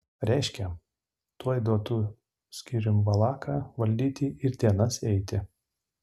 reiškia tuoj duotų skyrium valaką valdyti ir dienas eiti